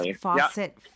faucet